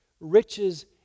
riches